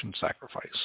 sacrifice